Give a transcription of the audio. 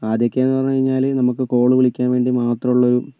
ആദ്യമൊക്കെയെന്ന് പറഞ്ഞുകഴിഞ്ഞാൽ നമുക്ക് കോൾ വിളിക്കാൻ വേണ്ടി മാത്രം ഉള്ളൊരു